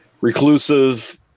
reclusive